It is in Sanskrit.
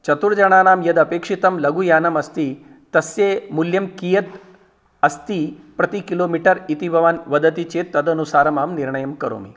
चतुर्जनानां यद् अपेक्षितं लघुयानं अस्ति तस्य मूल्यं कियत् अस्ति प्रति किलोमीटर् इति भवान् वदति चेद् तदनुसारं अहं निर्णयं करोमि